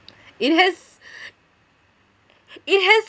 it has it has